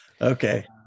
Okay